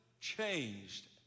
changed